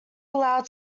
allowed